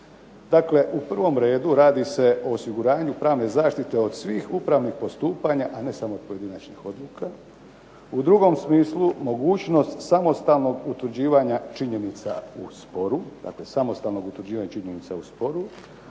Dakle, u prvom redu radi se o osiguranju pravne zaštite od svih upravnih postupanja, a ne samo od pojedinačnih odluka. U drugom smislu mogućnost samostalnog utvrđivanja činjenica u sporu, dakle samostalnog utvrđivanja činjenica u sporu,